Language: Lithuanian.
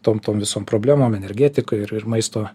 tom tom visom problemom energetika ir ir maisto